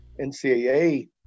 NCAA